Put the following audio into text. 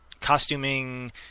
Costuming